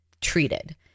treated